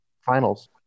finals